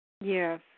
Yes